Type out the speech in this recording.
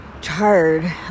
tired